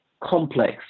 complex